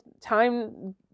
time